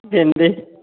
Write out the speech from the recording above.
भिंडी